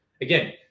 again